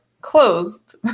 closed